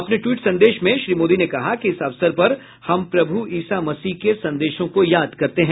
अपने ट्वीट संदेश में श्री मोदी ने कहा कि इस अवसर पर हम प्रभु ईसा मसीह के संदेशों को याद करते हैं